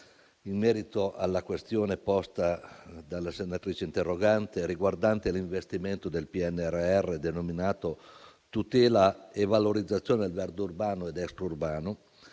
in merito alla questione posta dalla senatrice interrogante, riguardante l'investimento del PNRR denominato «Tutela e valorizzazione del verde urbano ed extraurbano»,